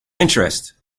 interest